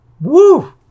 Woo